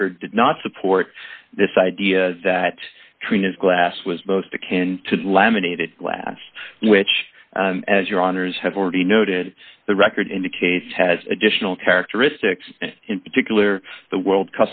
record did not support this idea that treen is glass was both a can to laminated glass which as your honour's have already noted the record indicates has additional characteristics in particular the world